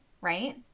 right